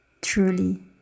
Truly